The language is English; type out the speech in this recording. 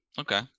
Okay